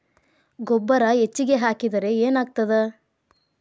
ಗೊಬ್ಬರ ಹೆಚ್ಚಿಗೆ ಹಾಕಿದರೆ ಏನಾಗ್ತದ?